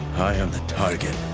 i am the target.